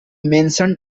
mentioned